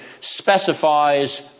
specifies